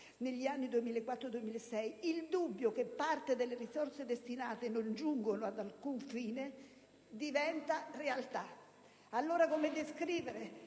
negli anni 2004-2006, il dubbio che parte delle risorse destinate non giungano ad alcun fine diventa realtà. Allora, come descrivere